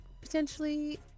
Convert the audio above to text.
Potentially